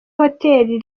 hotel